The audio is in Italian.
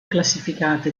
classificate